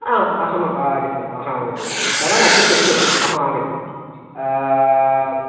आम् अहम् आगच्छ अहम् आगच्छतु भवान् अत्र तिष्ठतु अहम् आगच्छतु